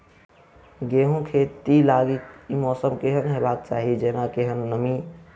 गेंहूँ खेती लागि मौसम केहन हेबाक चाहि जेना केहन नमी?